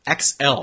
XL